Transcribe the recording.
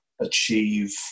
achieve